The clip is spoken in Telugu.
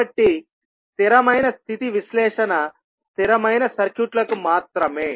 కాబట్టి స్థిరమైన స్థితి విశ్లేషణ స్థిరమైన సర్క్యూట్లకు మాత్రమే